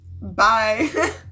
Bye